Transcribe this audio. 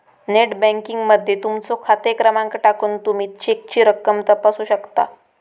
net banking मध्ये तुमचो खाते क्रमांक टाकून तुमी चेकची रक्कम तपासू शकता